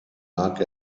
lag